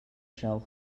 shelf